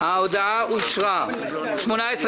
הצבעה בעד,